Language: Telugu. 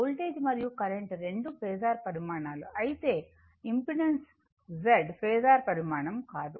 వోల్టేజ్ మరియు కరెంట్ రెండూ ఫేసర్ పరిమాణాలు అయితే ఇంపెడెన్స్ Z ఫేసర్ పరిమాణం కాదు